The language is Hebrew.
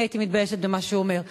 אני הייתי מתביישת במה שהוא אומר.